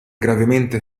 gravemente